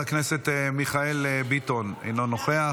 -- מוותרת, חבר הכנסת מיכאל ביטון, אינו נוכח,